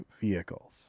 vehicles